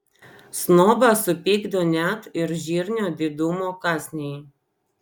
snobą supykdo net ir žirnio didumo kąsniai